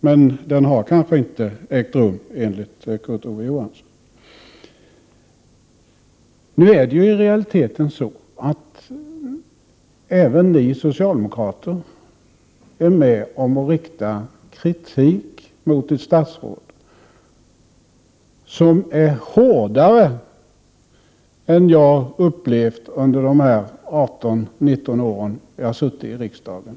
Men den kanske inte har ägt rum enligt Kurt Ove Johansson. I realiteten riktar även ni socialdemokrater kritik mot ett statsråd. Kritiken är hårdare än jag upplevt under de 18—19 år jag suttit i riksdagen.